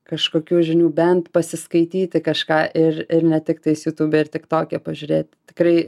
kažkokių žinių bent pasiskaityti kažką ir ir ne tiktais jutube ir tiktoke pažiūrėt tikrai